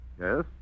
Yes